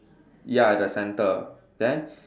ya at the centre then